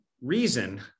reason